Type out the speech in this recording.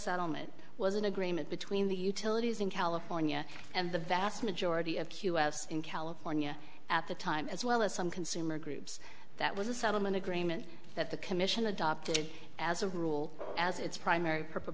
settlement was an agreement between the utilities in california and the vast majority of q s in california at the time as well as some consumer groups that was a settlement agreement that the commission adopted as a rule as its primary purpose